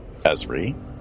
Esri